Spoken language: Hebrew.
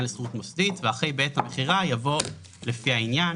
לשכירות מוסדית" ואחרי "בעת המכירה" יבוא "לפי העניין".